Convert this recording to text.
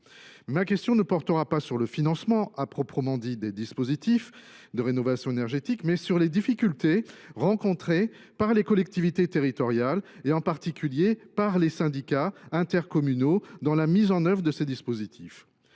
Ma question portera non pas sur le financement à proprement parler des dispositifs de rénovation énergétique, mais sur les difficultés rencontrées par les collectivités territoriales, en particulier par les syndicats intercommunaux, dans la mise en œuvre desdits dispositifs.